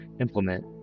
implement